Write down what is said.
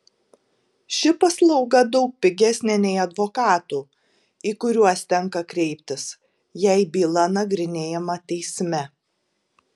ši paslauga daug pigesnė nei advokatų į kuriuos tenka kreiptis jei byla nagrinėjama teisme